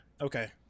Okay